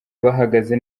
bahagaze